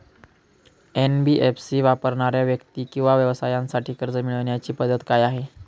NBFC वापरणाऱ्या व्यक्ती किंवा व्यवसायांसाठी कर्ज मिळविण्याची पद्धत काय आहे?